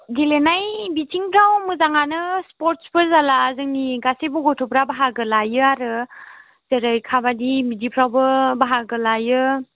गेलेनाय बिथिंफ्राव मोजाङानो स्परटसफोर जाब्ला जोंनि गासैबो गथ'फ्रा बाहागो लायो आरो जेरै काबादि बिदिफ्रावबो बाहागो लायो